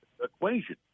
equation